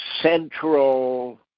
central